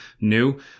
new